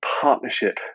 partnership